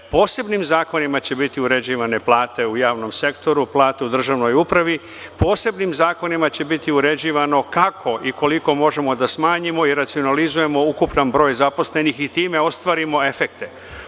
Posebnim zakonima će biti uređivane plate u javnom sektoru, plate u državnoj upravi, posebnim zakonima će biti uređivano kako i koliko možemo da smanjujemo i racionalizujemo ukupan broj zaposlenih i time ostvarimo efekte.